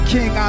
King